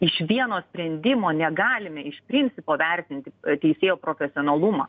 iš vieno sprendimo negalime iš principo vertinti teisėjo profesionalumo